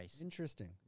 Interesting